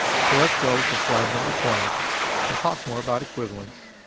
so let's go to slide number twenty and talk more about equivalence,